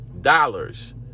dollars